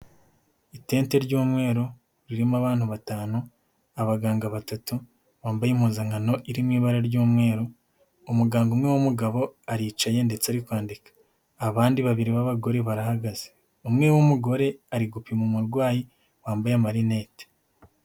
Itente ry'umweru ririmo abantu batanu, abaganga batatu bambaye impuzankano iri mu ibara ry'umweru, umuganga umwe w'umugabo aricaye ndetse ari kwandika, abandi babiri b'abagore barahagaze. Umwe w'umugore ari gupima umurwayi wambaye amarinete.